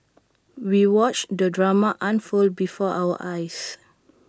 we watched the drama unfold before our eyes